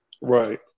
Right